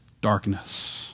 darkness